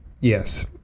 yes